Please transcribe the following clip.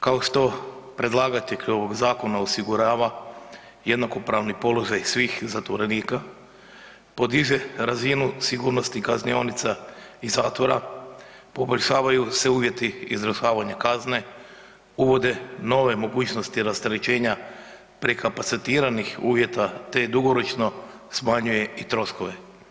Kao što predlagatelj ovoga zakona osigurava jednakopravni položaj svih zatvorenika, podiže razinu sigurnosti kaznionica i zatvora, poboljšavaju se uvjeti izvršavanja kazne, uvode nove mogućnosti rasterećenja prekapacitiranih uvjeta te dugoročno smanjuje i troškove.